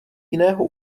jiného